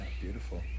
beautiful